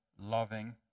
loving